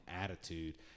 attitude